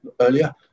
earlier